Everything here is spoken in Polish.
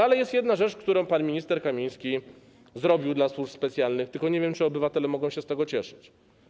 Ale jest jedna rzecz, którą pan minister Kamiński zrobił dla służb specjalnych, tylko nie wiem, czy obywatele mogą się z tego cieszyć.